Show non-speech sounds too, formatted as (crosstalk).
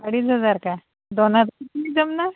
अडीच हजार का दोन हजा (unintelligible) जमणार